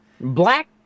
Black